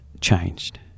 changed